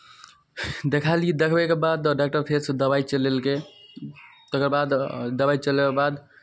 देखेलियै देखबैके बाद डॉक्टर फेरसँ दबाइ चलेलकै तकर बाद दबाइ चलेलाके बाद